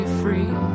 free